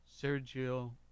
Sergio